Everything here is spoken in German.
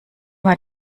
war